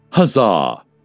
Huzzah